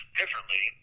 differently